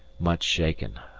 much shaken,